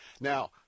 Now